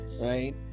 Right